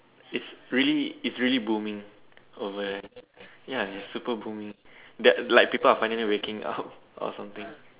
it's really it's really booming over there ya it's super booming that like people are finally waking up or something